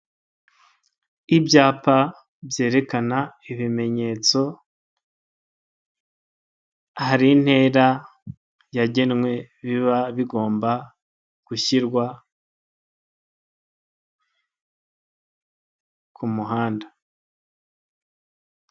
Ibyapa byerekana ibimenyetso, hari intera yagenwe biba bigomba gushyirwa ku muhanda.